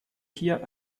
hier